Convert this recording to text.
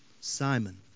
Simon